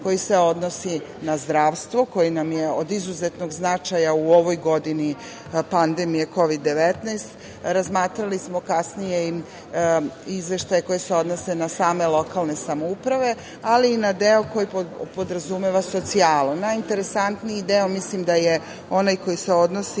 koji se odnosi na zdravstvo, koji nam je od izuzetnog značaja u ovoj godini pandemije Kovid 19.Razmatrali smo kasnije i izveštaje koji se odnose na same lokalne samouprave, ali na deo koji podrazumeva socijalu. Najinteresantniji deo mislim da je onaj koji se odnosi